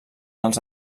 els